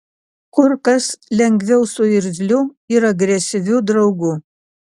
kur kas lengviau su irzliu ir agresyviu draugu